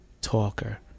talker